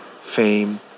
fame